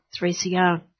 3CR